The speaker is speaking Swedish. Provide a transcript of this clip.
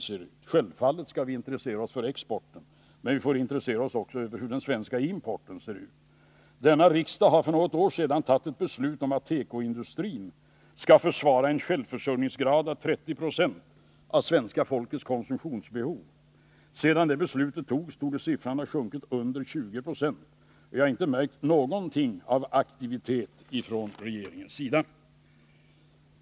Självfallet skall vi intressera oss för exporten, men vi får också börja intressera oss för hur importen ser ut. För något år sedan fattade riksdagen beslut om att vår tekoindustri skall svara för en självförsörjningsgrad av 30 96 av svenska folkets konsumtionsbehov. Sedan beslutet togs torde den siffran ha sjunkit under 20 96, och jag har inte i det sammanhanget märkt någonting av aktivitet från regeringens sida.